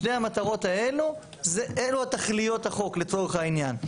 שתי המטרות האלה אלו תכליות החוק לצורך העניין.